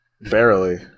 Barely